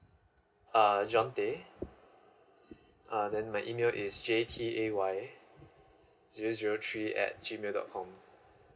uh john day uh then my email is J T A Y zero zero three at G mail dot com